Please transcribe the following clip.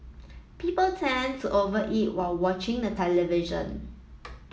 people tend to over eat while watching the television